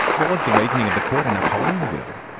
what was the reasoning of the court in upholding the will?